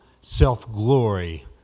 self-glory